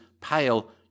pale